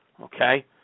Okay